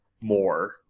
more